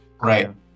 right